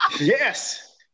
Yes